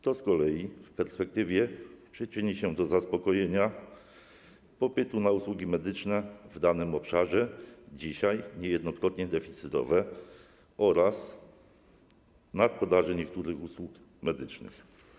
To z kolei w perspektywie przyczyni się do zaspokojenia popytu na usługi medyczne w danym obszarze, dzisiaj niejednokrotnie deficytowe, oraz do eliminacji nadpodaży niektórych usług medycznych.